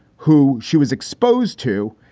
who she was exposed to,